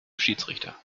schiedsrichter